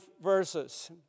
verses